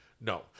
No